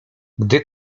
gdy